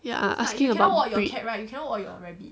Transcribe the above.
ya I asking about breed